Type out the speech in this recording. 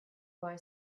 boy